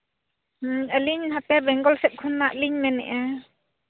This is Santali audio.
ᱟᱹᱞᱤᱧ ᱦᱟᱯᱮ ᱵᱮᱝᱜᱚᱞ ᱥᱮᱫ ᱠᱷᱚᱱᱟᱜ ᱞᱤᱧ ᱢᱮᱱᱮᱫᱼᱟ